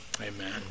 Amen